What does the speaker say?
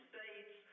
States